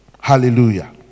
Hallelujah